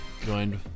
Joined